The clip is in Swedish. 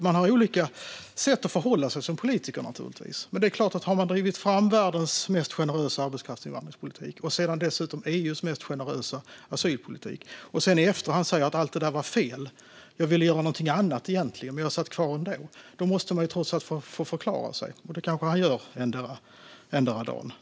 Man har naturligtvis olika sätt att förhålla sig som politiker, men om man har drivit fram världens mest generösa politik för arbetskraftsinvandring - och sedan, dessutom, EU:s mest generösa asylpolitik - och sedan i efterhand säger att allt det var fel och att man egentligen ville göra någonting måste man dock, trots allt, förklara varför man satt kvar. Och det kanske Billström gör endera dagen.